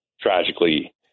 tragically